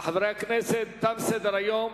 חברי הכנסת, תם סדר-היום.